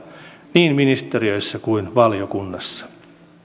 niin ministeriöissä kuin valiokunnassa